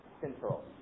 control